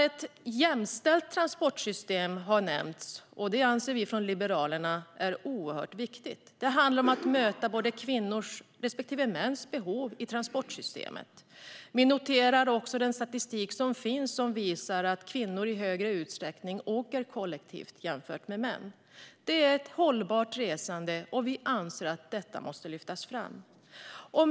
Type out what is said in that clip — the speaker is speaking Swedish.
Ett jämställt transportsystem har nämnts, och det anser vi från Liberalerna är oerhört viktigt. Det handlar om att möta kvinnors respektive mäns behov i transportsystemet. Den statistik som finns visar att kvinnor i större utsträckning åker kollektivt jämfört med män. Det är ett hållbart resande, och vi anser att detta måste lyftas fram.